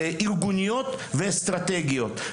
ארגוניות ואסטרטגיות.